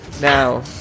Now